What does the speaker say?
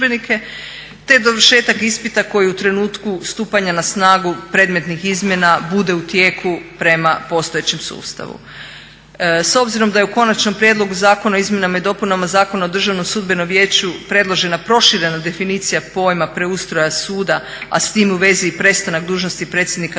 te dovršetak ispita koji u trenutku stupanja na snagu predmetnih izmjena bude u tijeku prema postojećem sustavu. S obzirom da je u konačnom prijedlogu zakona o izmjenama i dopunama Zakona o Državnom sudbenom vijeću predložena proširena definicija pojma preustroja suda a s tim u vezi i prestanak dužnosti predsjednika suda